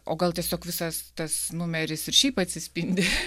o gal tiesiog visas tas numeris ir šiaip atsispindi